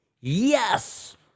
Yes